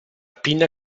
pinna